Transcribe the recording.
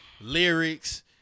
lyrics